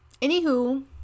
Anywho